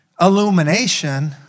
illumination